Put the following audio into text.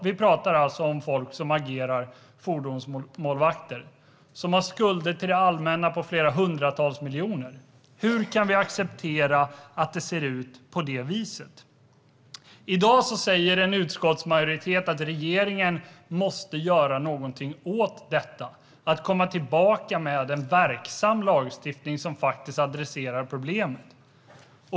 Vi pratar alltså om folk som agerar fordonsmålvakter och som har skulder till det allmänna på hundratals miljoner. Hur kan vi acceptera att det ser ut på det viset? I dag säger en utskottsmajoritet att regeringen måste göra någonting åt detta. Man måste komma tillbaka med en verksam lagstiftning som adresserar problemet.